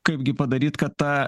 kaipgi padaryt kad ta